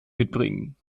mitbringen